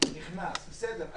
נכנס בסדר,